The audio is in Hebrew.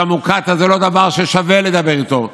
שהמוקטעה זה לא דבר ששווה לדבר איתו,